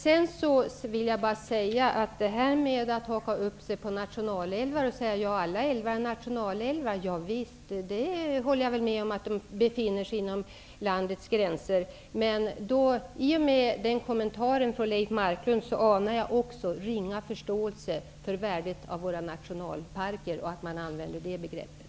Jag vill bara kommentera att Leif Marklund hakar upp sig på begreppet nationalälv och säger att alla älvar är nationalälvar. Ja visst, jag håller med om att de befinner sig inom landets gränser. I och med den kommentaren från Leif Marklund anar jag också ringa förståelse för värdet av våra nationalparker och att man använder det begreppet.